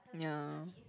ya